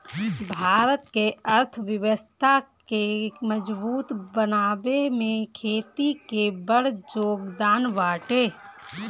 भारत के अर्थव्यवस्था के मजबूत बनावे में खेती के बड़ जोगदान बाटे